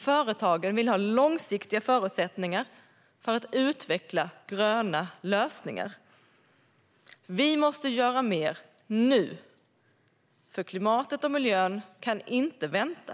Företagen vill ha långsiktiga förutsättningar för att utveckla gröna lösningar. Vi måste göra mer nu, för klimatet och miljön kan inte vänta.